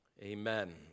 amen